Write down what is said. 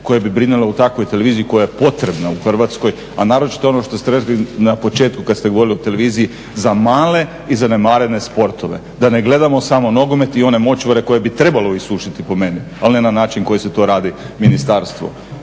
koje bi brinule u takvoj televiziji koja je potrebna u Hrvatskoj a naročito ono što ste rekli na početku kad ste govorili o televiziji za male i zanemarene sportove, da ne gledamo samo nogomet i one močvare koje bi trebalo isušiti po meni al ne na način koji se to radi ministarstvu.